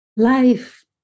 Life